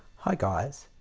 hi guys,